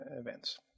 events